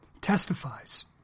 testifies